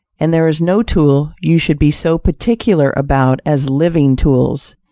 and there is no tool you should be so particular about as living tools.